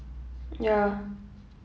ya